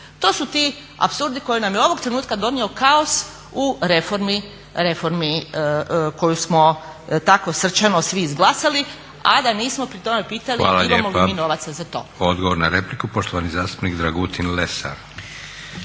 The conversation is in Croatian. To su ti apsurdi koji su nam ovog trenutka donijeli kaos u reformi koju smo tako srčano svi izglasali a da nismo pri tome pitali imamo li mi novaca za to.